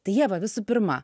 tai ieva visų pirma